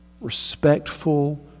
respectful